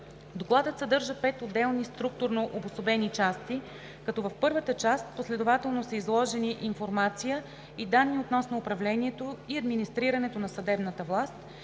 Докладът съдържа пет отделни структурно обособени части. В първата част последователно са изложени информация и данни относно управлението и администрирането на съдебната власт,